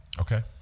okay